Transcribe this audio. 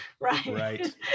right